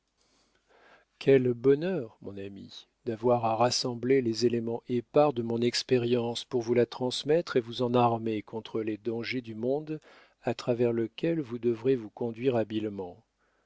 quel bonheur mon ami d'avoir à rassembler les éléments épars de mon expérience pour vous la transmettre et vous en armer contre les dangers du monde à travers lequel vous devrez vous conduire